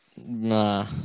Nah